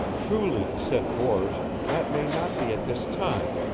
truly, said bors, that may not be at this time,